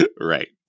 Right